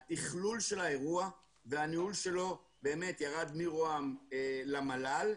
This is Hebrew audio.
התכלול של האירוע והניהול שלו באמת ירד מראש הממשלה למל"ל,